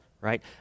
right